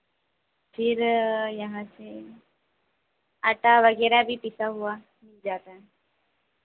फिर यहाँ से आटा वगैरह भी पिसा हुआ आता है